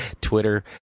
Twitter